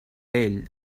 ell